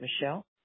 Michelle